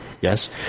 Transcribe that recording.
yes